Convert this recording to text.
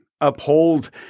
Uphold